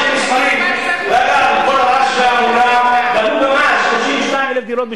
ועם כל הרעש וההמולה בנו 32,000 דירות בשנה,